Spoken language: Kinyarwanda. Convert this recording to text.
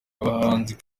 abahanzi